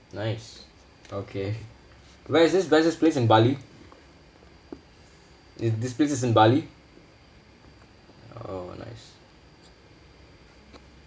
nice okay where is this where is this place in bali is this place in bali oh nice